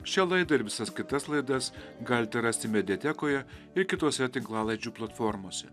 šią laidą ir visas kitas laidas galite rasti mediatekoje ir kitose tinklalaidžių platformose